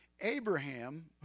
Abraham